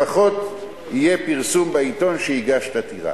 לפחות יהיה פרסום בעיתון שהגשת עתירה.